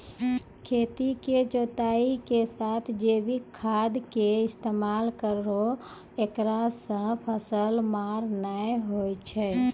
खेतों के जुताई के साथ जैविक खाद के इस्तेमाल करहो ऐकरा से फसल मार नैय होय छै?